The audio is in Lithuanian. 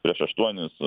prieš aštuonis